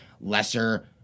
lesser